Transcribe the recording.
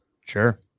Sure